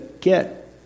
get